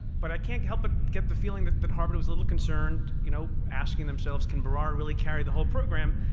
but i can't help but get the feeling that that harvard was a little concerned, you know asking themselves, can bharara really carry the whole program?